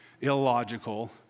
illogical